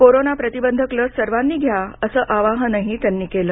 corona प्रतिबंधक लस सर्वांनी घ्या असं आवाहनही त्यांनी केलं